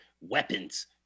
weapons